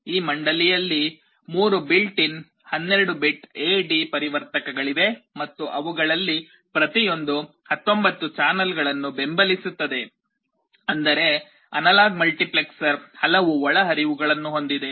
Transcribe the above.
ಈ ಮಂಡಳಿಯಲ್ಲಿ 3 built in 12 bit A D ಪರಿವರ್ತಕಗಳಿವೆ ಮತ್ತು ಅವುಗಳಲ್ಲಿ ಪ್ರತಿಯೊಂದೂ 19 ಚಾನಲ್ಗಳನ್ನು ಬೆಂಬಲಿಸುತ್ತದೆ ಅಂದರೆ ಅನಲಾಗ್ ಮಲ್ಟಿಪ್ಲೆಕ್ಸರ್ ಹಲವು ಒಳಹರಿವುಗಳನ್ನು ಹೊಂದಿದೆ